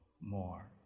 more